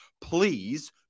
please